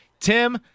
Tim